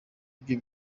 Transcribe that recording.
ibyo